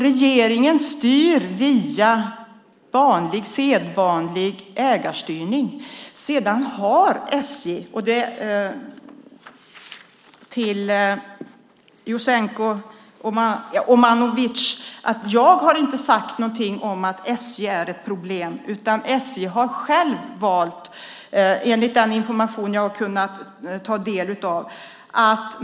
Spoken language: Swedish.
Regeringen styr via sedvanlig ägarstyrning. Sedan vill jag vända mig till Jasenko Omanovic. Jag har inte sagt någonting om att SJ är ett problem. SJ har enligt den information jag har kunnat ta del av själv valt att göra detta.